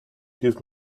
give